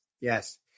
yes